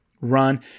Run